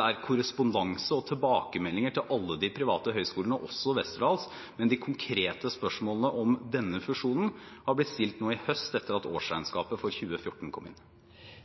er korrespondanse og tilbakemeldinger til alle de private høyskolene, også Westerdals, men de konkrete spørsmålene om denne fusjonen har blitt stilt nå i høst etter at årsregnskapet for 2014 kom inn.